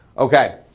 okay,